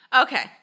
Okay